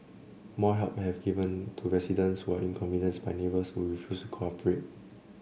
more help have to be given to residents who are inconvenienced by neighbours who refuse to cooperate